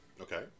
Okay